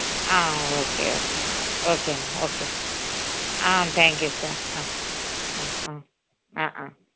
okay okay okay అండి okay sir thank you sir